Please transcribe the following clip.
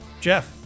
Jeff